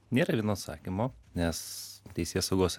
nėra vieno atsakymo nes teisėsaugos